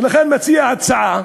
ולכן הוא מציע הצעה,